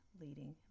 leading